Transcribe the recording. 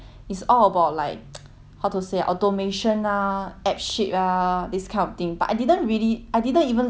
how to say automation ah AppSheet ah this kind of thing but I didn't really I didn't even listen before eh this kind of things